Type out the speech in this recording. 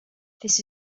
this